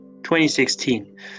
2016